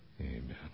Amen